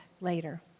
later